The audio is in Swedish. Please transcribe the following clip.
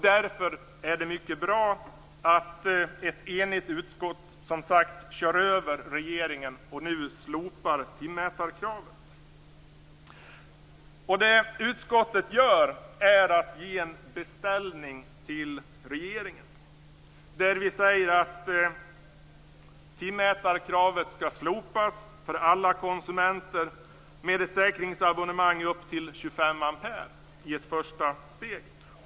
Därför är det bra att ett enigt utskott kör över regeringen och nu föreslår att timmätarkravet slopas. Utskottet föreslår en beställning till regeringen. Timmätarkravet skall slopas för alla konsumenter med ett säkringsabonnemang om högst 25 ampere i ett första steg.